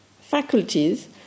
faculties